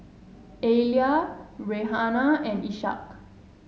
Alya Raihana and Ishak